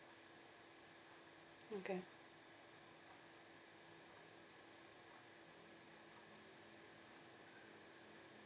okay